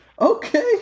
okay